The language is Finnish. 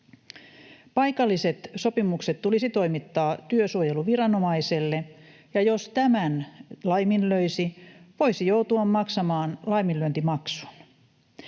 Paikalliset sopimukset tulisi toimittaa työsuojeluviranomaiselle, ja jos tämän laiminlöisi, voisi joutua maksamaan laiminlyöntimaksun.